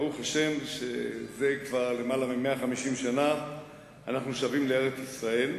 ברוך השם זה כבר יותר מ-150 שנה אנחנו שבים לארץ-ישראל,